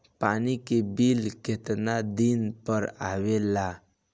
पानी के बिल केतना दिन पर आबे ला?